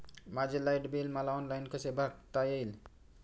माझे light bill मला online कसे बघता येईल?